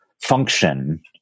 function